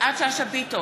יפעת שאשא ביטון,